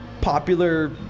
popular